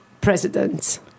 president